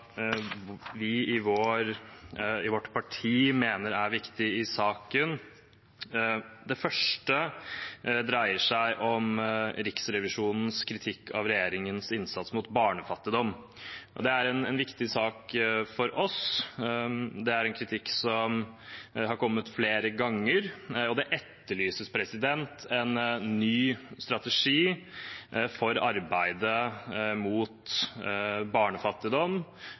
vi i vårt parti mener er viktige i saken. Det første dreier seg om Riksrevisjonens kritikk av regjeringens innsats mot barnefattigdom. Det er en viktig sak for oss, og det er en kritikk som har kommet flere ganger. Det etterlyses en ny strategi for arbeidet mot barnefattigdom.